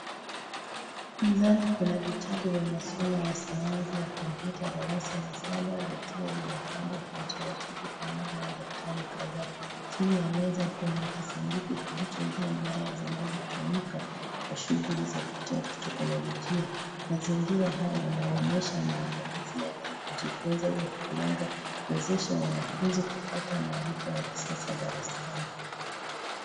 Mezani kuna vitabu ya masomo ya sayansi ya kompyuta darasa la saba vikiwa vimepangwa kwa utaratibu pamoja na daftari kadhaa. Chini ya meza kuna kisanduku kilichojaa nyaya zinazotumika kwa shuguli za kiteknolojia . Mazingira haya yanaonyesha maandalizi ya kujifunza yakilenga kuwezesha wanafunzi kupata marifa ya kisasa darasani.